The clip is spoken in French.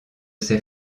ses